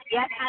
Yes